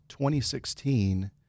2016